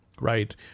Right